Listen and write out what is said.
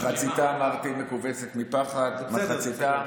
מחציתה, אמרתי, מכווצת מפחד, מחציתה